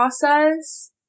process